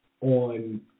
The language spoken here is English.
on